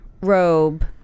robe